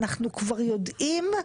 אנחנו כבר יודעים מי הוא.